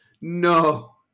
no